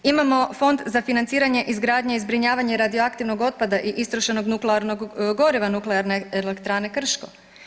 Imamo Fond za financiranje izgradnje i zbrinjavanje radioaktivnog otpada i istrošenog nuklearnog goriva nuklearne elektrane Krško.